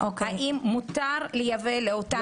האם מותר לייבא לאותה מדינה.